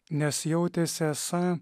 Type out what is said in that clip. nes jautėsi esą